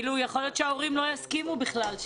יכול להיות שההורים לא יסכימו בכלל.